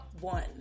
one